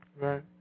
Right